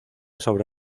sobre